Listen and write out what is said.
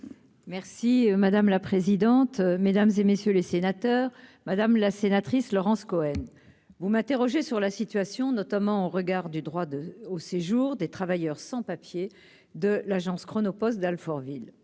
Merci madame la présidente, mesdames et messieurs les sénateurs, madame la sénatrice Laurence Cohen, vous m'interrogez sur la situation notamment au regard du droit de au séjour des travailleurs sans-papiers de l'agence Chronopost d'Alfortville,